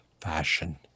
Fashion